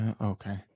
okay